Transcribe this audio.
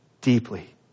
deeply